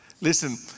Listen